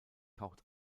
taucht